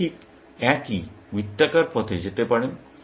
আপনি ঠিক একই বৃত্তাকার পথে যেতে পারেন